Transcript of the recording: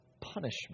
punishment